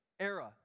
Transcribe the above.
era